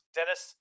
Dennis